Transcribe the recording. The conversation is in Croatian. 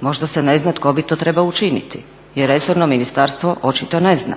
možda se ne zna tko bi to trebao učiniti jer Resorno ministarstvo očito ne zna,